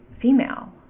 female